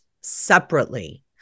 separately